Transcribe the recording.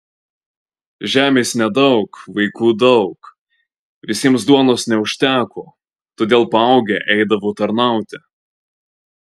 žemės nedaug vaikų daug visiems duonos neužteko todėl paaugę eidavo tarnauti